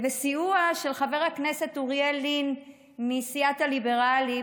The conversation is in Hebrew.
בסיוע של חבר הכנסת אוריאל לין מסיעת הליברלים,